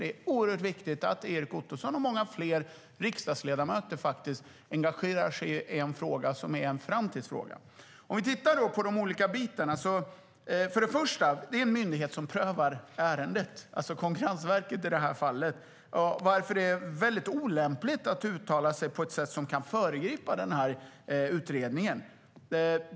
Det är oerhört viktigt att Erik Ottoson och många fler riksdagsledamöter engagerar sig i den här frågan, som är en framtidsfråga. Låt oss titta på de olika bitarna i det här. Först och främst: Det är en myndighet som prövar ärendet, i det här fallet Konkurrensverket. Därför är det olämpligt att uttala sig på ett sätt som kan föregripa utredningen.